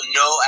no